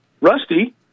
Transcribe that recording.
Rusty